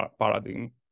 paradigm